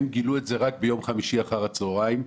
הם גילו את זה רק ביום חמישי אחר הצוהריים.